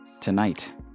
tonight